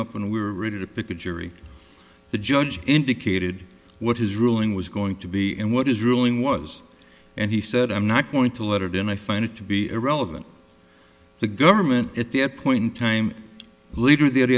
up when we were ready to pick a jury the judge indicated what his ruling was going to be and what is ruling was and he said i'm not going to let or deny find it to be irrelevant the government at the appointed time leader the